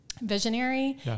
visionary